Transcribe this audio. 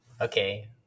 okay